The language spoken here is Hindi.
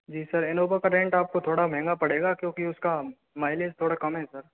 जी सर इन्नोवा का रेंट आपको थोड़ा महंगा पड़ेगा क्योंकि उसका माइलेज थोड़ा कम है सर